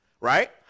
right